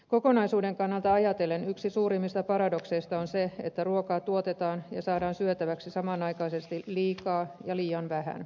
kokonaisuuden kannalta ajatellen yksi suurimmista paradokseista on se että ruokaa tuotetaan ja saadaan syötäväksi samanaikaisesti liikaa ja liian vähän